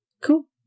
cool